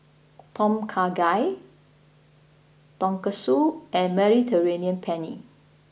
Tom Kha Gai Tonkatsu and Mediterranean Penne